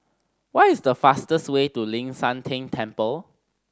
what is the fastest way to Ling San Teng Temple